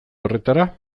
horretara